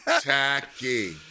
Tacky